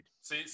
See